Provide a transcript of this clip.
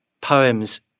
poems